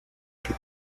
que